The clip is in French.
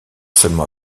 seulement